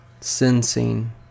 Sensing